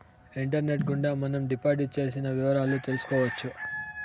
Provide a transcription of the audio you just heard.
internet గుండా మనం deposit చేసిన వివరాలు తెలుసుకోవచ్చు